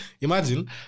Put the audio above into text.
imagine